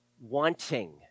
wanting